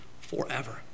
forever